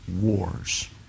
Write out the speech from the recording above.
wars